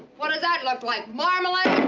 what does that look like, marmalade?